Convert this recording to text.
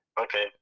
Okay